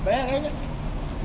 well